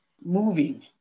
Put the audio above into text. moving